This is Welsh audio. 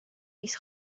fis